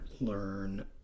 learn